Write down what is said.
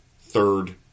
third